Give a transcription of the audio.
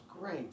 great